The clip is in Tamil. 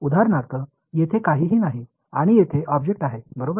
உதாரணமாக இங்கே எதுவும் இல்லை இங்கே பொருள் உள்ளது